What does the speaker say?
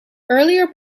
earlier